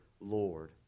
Lord